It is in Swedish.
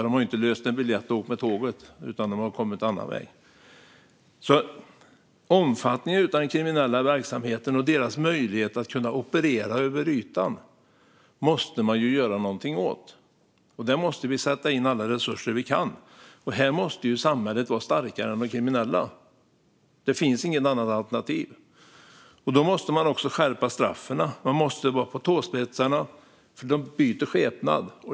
De har ju inte löst biljett och åkt med tåget, utan de har kommit annan väg. Omfattningen av den kriminella verksamheten och möjligheten att operera över stora ytor måste man göra någonting åt. Där måste vi sätta in alla resurser vi kan. Samhället måste vara starkare än de kriminella. Det finns inget annat alternativ. Då måste man också skärpa straffen. Myndigheterna måste vara på tåspetsarna, för de kriminella byter skepnad.